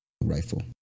rifle